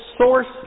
source